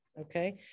Okay